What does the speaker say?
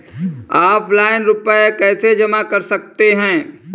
Offline रुपये कैसे जमा कर सकते हैं?